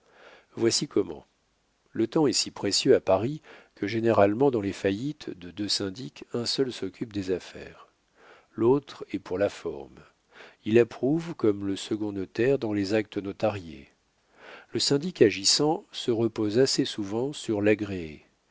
voici comment le temps est si précieux à paris que généralement dans les faillites de deux syndics un seul s'occupe des affaires l'autre est pour la forme il approuve comme le second notaire dans les actes notariés le syndic agissant se repose assez souvent sur l'agréé par